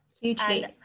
hugely